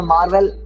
Marvel